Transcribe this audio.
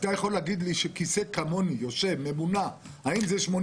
אתם יכולים להגיד לי שכיסא ממונע כמו שיש לי